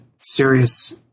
serious